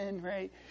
right